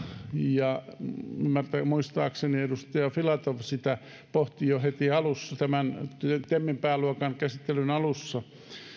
ja muistaakseni edustaja filatov sitä pohti jo heti tämän temin pääluokan käsittelyn alussa